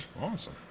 Awesome